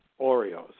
oreos